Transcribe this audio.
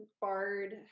BARD